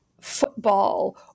football